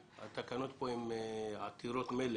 התקנות כאן הן עתירות מלל